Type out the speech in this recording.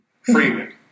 Freeman